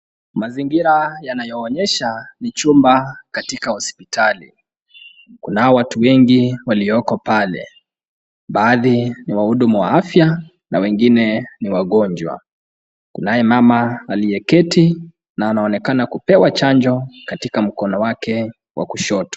Mazingira yanayoonyesha ni chumba katika hospitali. kunao watu wengi walioko pale, baadhi ni wahudumu wa afya na wengine ni wagonjwa. Kunaye mama aliyeketi na anaonekana kupewa chanjo katika mkono wake wa kushoto.